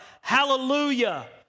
hallelujah